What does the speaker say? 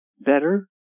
better